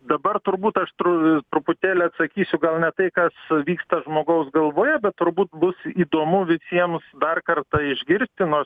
dabar turbūt aš tru truputėlį atsakysiu gal ne tai kas vyksta žmogaus galvoje bet turbūt bus įdomu visiems dar kartą išgirsti nors